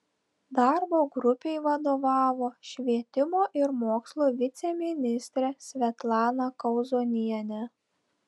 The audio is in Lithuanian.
darbo grupei vadovavo švietimo ir mokslo viceministrė svetlana kauzonienė